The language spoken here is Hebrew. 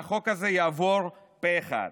והחוק הזה יעבור פה אחד.